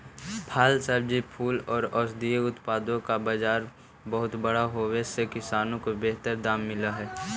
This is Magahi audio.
फल, सब्जी, फूल और औषधीय उत्पादों का बाजार बहुत बड़ा होवे से किसानों को बेहतर दाम मिल हई